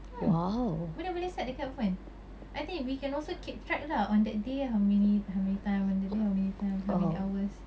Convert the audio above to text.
hmm boleh boleh set dekat phone I think we can also keep track lah on that day how many how many time on the day how many time how many hours